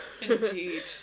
Indeed